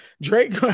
Drake